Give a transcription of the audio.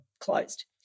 closed